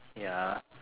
ya